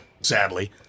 Sadly